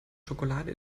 schokolade